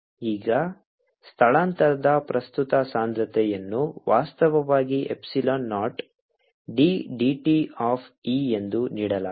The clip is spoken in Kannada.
ಈಗ ಸ್ಥಳಾಂತರದ ಪ್ರಸ್ತುತ ಸಾಂದ್ರತೆಯನ್ನು ವಾಸ್ತವವಾಗಿ epsilon naught d dt of E ಎಂದು ನೀಡಲಾಗಿದೆ